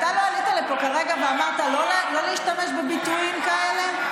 אתה לא עלית לפה כרגע ואמרת לא להשתמש בביטויים כאלה?